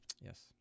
Yes